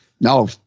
no